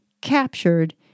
captured